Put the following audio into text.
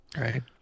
right